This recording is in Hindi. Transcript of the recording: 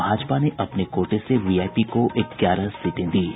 भाजपा ने अपने कोटे से वीआईपी को ग्यारह सीटें दीं